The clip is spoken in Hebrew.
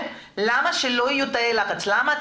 למה שלא יהיו תאי לחץ בבתי החולים.